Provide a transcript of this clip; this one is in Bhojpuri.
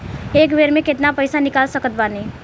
एक बेर मे केतना पैसा निकाल सकत बानी?